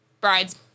bride's